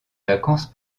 vacances